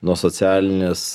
nuo socialinės